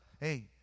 hey